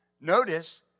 Notice